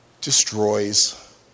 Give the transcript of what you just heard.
destroys